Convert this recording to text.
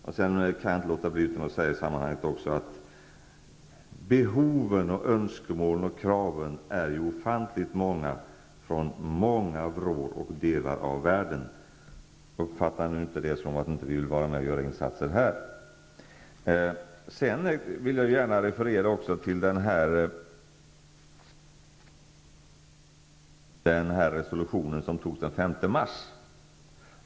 I detta sammanhang kan jag inte låta bli att säga att behoven, önskemålen och kraven är ofantligt många från många vrår och delar av världen. Detta skall emellertid inte uppfattas som att vi inte vill vara med och göra insatser i detta sammanhang. Jag vill även referera till den resolution som antogs den 5 mars.